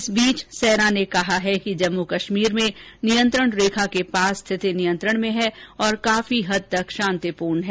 इस बीच सेना ने कहा है कि जम्मू कश्मीर में नियंत्रण रेखा के पास स्थिति नियंत्रण में है और काफी हद तक शांतिपूर्ण है